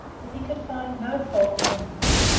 if he could find no fault with anything,